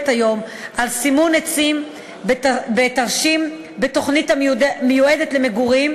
היום על סימון עצים בתרשים בתוכנית המיועדת למגורים.